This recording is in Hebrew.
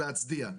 להצדיע.